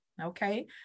Okay